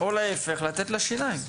או להיפך - לתת לה שיניים.